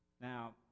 Now